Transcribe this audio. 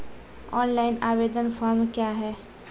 Online आवेदन form क्या हैं?